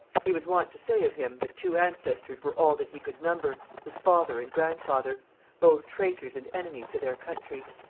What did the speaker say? he was wont to say of him, that two ancestors were all that he could number, his father and grandfather both traitors and enemies to their country.